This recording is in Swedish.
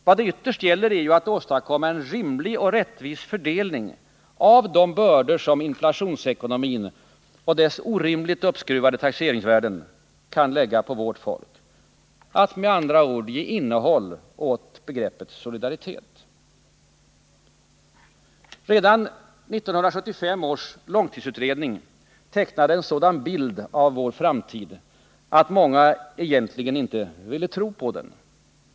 Vad det ytterst gäller är att åstadkomma en rimlig och rättvis fördelning av de bördor som inflationsekonomin och dess orimligt uppskruvade taxeringsvärden riskerar att lägga på vårt folk; att med andra ord ge innehåll åt begreppet solidaritet. Redan 1975 års långtidsutredning tecknade en sådan bild av vår framtid att många egentligen inte ville tro på den.